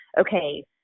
okay